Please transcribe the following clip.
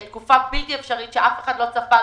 לתקופה בלתי אפשרית של הקורונה שאף אחד לא צפה,